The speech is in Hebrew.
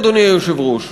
אדוני היושב-ראש,